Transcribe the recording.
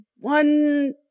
one